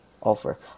offer